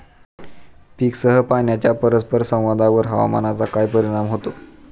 पीकसह पाण्याच्या परस्पर संवादावर हवामानाचा काय परिणाम होतो?